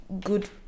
good